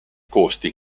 costi